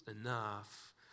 enough